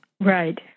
Right